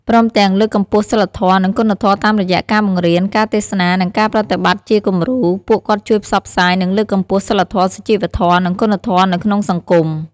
ព្រមទាំង លើកកម្ពស់សីលធម៌ និងគុណធម៌តាមរយៈការបង្រៀន ការទេសនា និងការប្រតិបត្តិជាគំរូ ពួកគាត់ជួយផ្សព្វផ្សាយ និងលើកកម្ពស់សីលធម៌ សុជីវធម៌ និងគុណធម៌នៅក្នុងសង្គម។